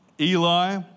Eli